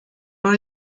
were